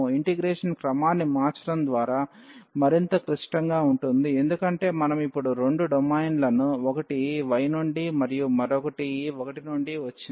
integration క్రమాన్ని మార్చడం ద్వారా మరింత క్లిష్టంగా ఉంటుంది ఎందుకంటే మనం ఇప్పుడు రెండు డొమైన్లను ఒకటి y నుండి మరియు మరొకటి 1 నుండి వచ్చింది